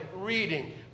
reading